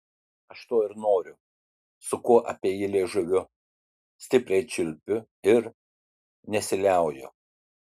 aš to ir noriu suku apie jį liežuviu stipriai čiulpiu ir nesiliauju